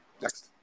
Next